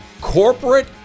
corporate